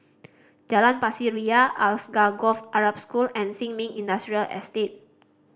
Jalan Pasir Ria Alsagoff Arab School and Sin Ming Industrial Estate